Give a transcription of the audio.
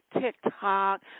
TikTok